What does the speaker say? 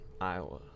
Iowa